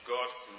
God's